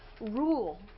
rule